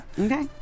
Okay